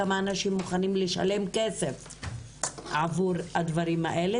כמה אנשים מוכנים לשלם כסף עבור הדברים האלה,